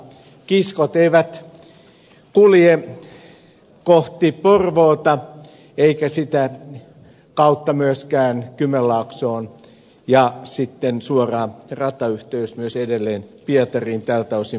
kiskot eivät kulje kohti porvoota eivätkä sitä kautta myöskään kymenlaaksoon ja sitten suora ratayhteys myös edelleen pietariin tältä osin puuttuu